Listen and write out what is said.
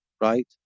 right